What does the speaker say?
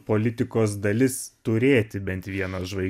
politikos dalis turėti bent vieną žvai